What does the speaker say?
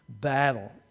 battle